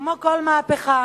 כמו כל מהפכה,